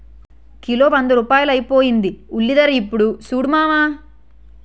kilo వంద రూపాయలైపోయింది ఉల్లిధర యిప్పుడు సూడు మావా